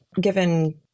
given